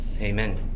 Amen